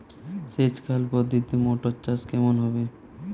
সেচ খাল পদ্ধতিতে মটর চাষ কেমন হবে?